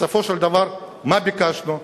בסופו של דבר מה ביקשנו?